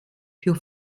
für